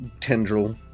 tendril